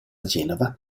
genova